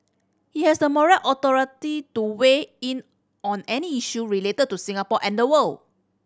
he has the moral authority to weigh in on any issue related to Singapore and the world